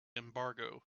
embargo